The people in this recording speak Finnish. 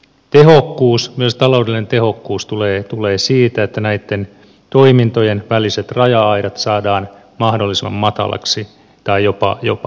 tehokkuus myös taloudellinen tehokkuus tulee siitä että näitten toimintojen väliset raja aidat saadaan mahdollisimman matalaksi tai jopa pois